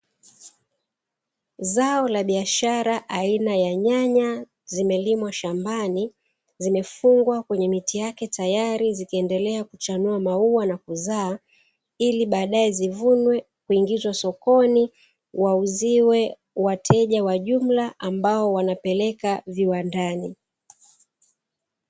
Zao la biashara aina ya nyanya zimelimwa shambani, zimefungwa kwenye miti yake tayari zikiendelea kuchanua maua na kuzaa, ili baadaye zivunwe kuingizwa sokoni wauziwe wateja wa jumla ambao wanapeleka viwandani.